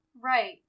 Right